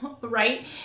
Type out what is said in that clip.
right